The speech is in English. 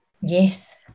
yes